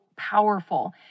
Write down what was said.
powerful